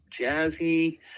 jazzy